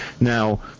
Now